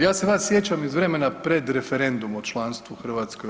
Ja se vas sjećam iz vremena pred referendum o članstvu Hrvatske u EU.